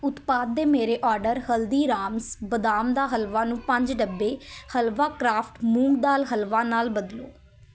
ਉਤਪਾਦ ਦੇ ਮੇਰੇ ਆਰਡਰ ਹਲਦੀਰਾਮਸ ਬਦਾਮ ਦਾ ਹਲਵਾ ਨੂੰ ਪੰਜ ਡੱਬੇ ਹਲਵਾ ਕਰਾਫਟ ਮੂੰਗ ਦਾਲ ਹਲਵਾ ਨਾਲ ਬਦਲੋ